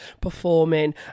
performing